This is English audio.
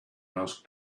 asked